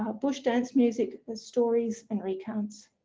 ah bush dance music, stories and recounts.